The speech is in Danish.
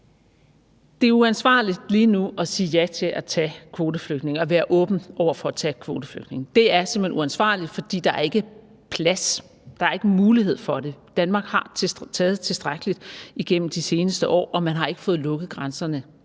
Det er uansvarligt lige nu at sige ja til at tage kvoteflygtninge og være åbne over for at tage kvoteflygtninge. Det er simpelt hen uansvarligt, fordi der ikke er plads. Der er ikke mulighed for det. Danmark har taget tilstrækkeligt igennem de seneste år, og man har ikke fået lukket grænserne